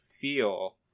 feel